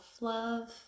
Love